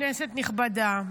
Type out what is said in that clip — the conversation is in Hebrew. כנסת נכבדה,